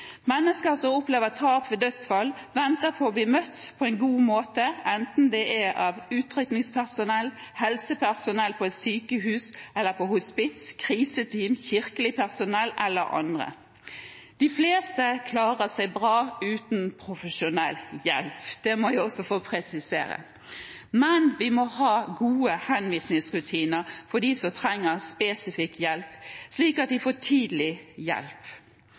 Mennesker som opplever tap ved dødsfall, venter å bli møtt på en god måte, enten det er av utrykningspersonell, helsepersonell på et sykehus eller på hospits, kriseteam, kirkelig personell eller andre. De fleste klarer seg bra uten profesjonell hjelp, det må jeg også få presisere, men vi må ha gode henvisningsrutiner for dem som trenger spesifikk hjelp, slik at de får hjelpen tidlig.